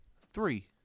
Three